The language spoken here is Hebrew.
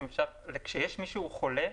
כשיש מישהו חולה,